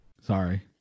Sorry